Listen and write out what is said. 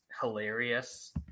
hilarious